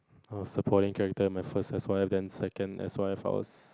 I was supporting character in my first S_Y_F then second S_Y_F I was